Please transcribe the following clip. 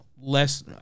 less